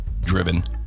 driven